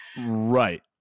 right